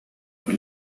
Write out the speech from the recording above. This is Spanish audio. fue